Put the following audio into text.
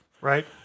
Right